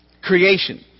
Creation